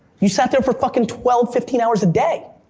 you sat there for fuckin' twelve, fifteen hours a day.